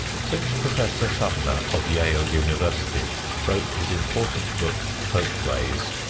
since professor sumner of yale university wrote his important book, folkways,